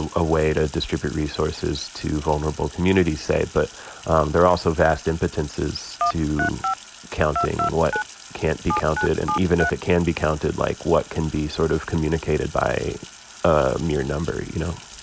ah a way to distribute resources to vulnerable communities, say. but there are also vast impotences to counting what can't be counted and, even if it can be counted, like, what can be sort of communicated by a mere number. you know?